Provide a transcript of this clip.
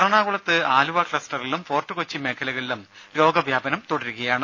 എറണാകുളത്ത് ആലുവ ക്ലസ്റ്ററിലും ഫോർട്ട് കൊച്ചി മേഖലകളിലും രോഗ വ്യാപനം തുടരുകയാണ്